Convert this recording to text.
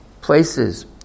places